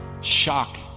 shock